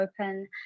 open